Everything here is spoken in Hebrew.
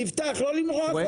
יפתח, לא למרוח אותנו.